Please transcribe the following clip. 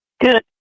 Good